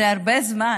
זה נשמע הרבה זמן.